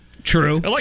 True